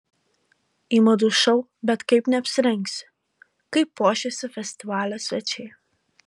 į madų šou bet kaip neapsirengsi kaip puošėsi festivalio svečiai